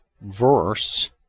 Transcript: verse